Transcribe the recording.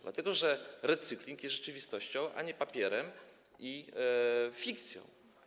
Dlatego, że recykling jest rzeczywistością, a nie papierem i fikcją.